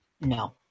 No